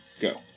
go